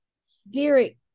spirit